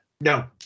No